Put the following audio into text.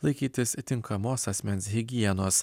laikytis tinkamos asmens higienos